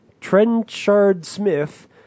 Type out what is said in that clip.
Trenchard-Smith